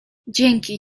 dzięki